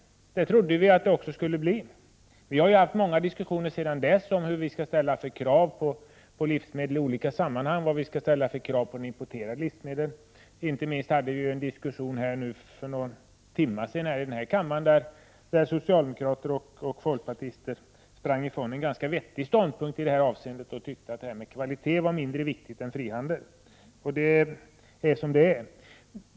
Vi trodde att det också skulle bli bättre kvalitet. Vi har sedan dess haft många diskussioner om vilka krav vi skall ställa på livsmedel i olika sammanhang, vilka krav vi skall ställa på importerade livsmedel osv. För någon timme sedan hade vi en diskussion här i kammaren där socialdemokrater och folkpartister sprang ifrån en ganska vettig ståndpunktii detta avseende och tyckte att detta med kvalitet var mindre viktigt än frihandel. Det är som det är.